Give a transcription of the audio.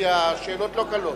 כי השאלות לא קלות.